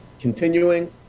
Continuing